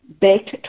Baked